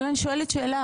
אבל אני שואלת שאלה,